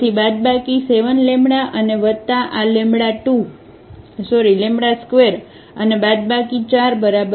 તેથી બાદબાકી 7 λ અને વત્તા આ λ ² અને બાદબાકી 4 બરાબર છે